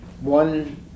One